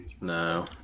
No